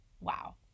wow